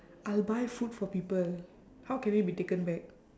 I'll buy food for people how can it be taken back